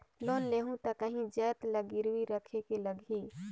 Loan लेहूं ता काहीं जाएत ला गिरवी रखेक लगही?